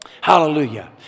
Hallelujah